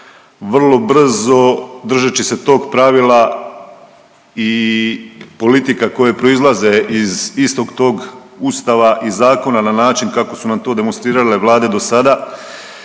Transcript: vrlo brzo držeći se tog pravila i politika koje proizlaze iz istog tog ustava i zakona na način kako su nam to demonstrirale vlade dosada